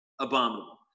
abominable